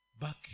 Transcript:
back